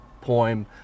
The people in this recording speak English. poem